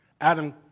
Adam